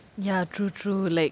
ya true true like